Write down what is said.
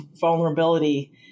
vulnerability